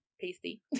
Pasty